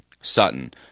Sutton